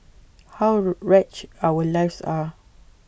how wretched our lives are